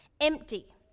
Empty